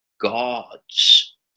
God's